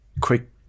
quick